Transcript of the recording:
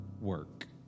work